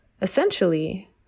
essentially